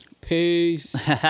Peace